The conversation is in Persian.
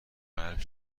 قلب